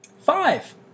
Five